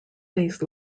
based